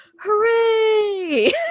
hooray